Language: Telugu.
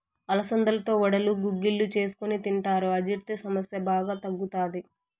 అలసందలతో వడలు, గుగ్గిళ్ళు చేసుకొని తింటారు, అజీర్తి సమస్య బాగా తగ్గుతాది